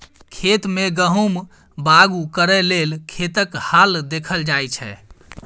खेत मे गहुम बाउग करय लेल खेतक हाल देखल जाइ छै